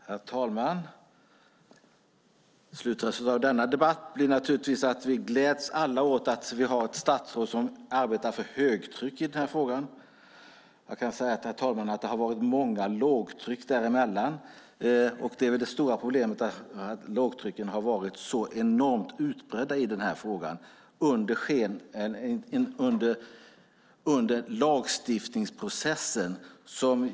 Herr talman! Slutresultatet av denna debatt blir att vi alla gläds åt att vi har ett statsråd som arbetar för högtryck i den här frågan. Jag kan säga att det varit många lågtryck däremellan. Det stora problemet har varit att lågtrycken vad gäller denna fråga varit så enormt utbredda under lagstiftningsprocessen.